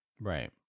Right